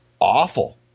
awful